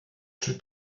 czy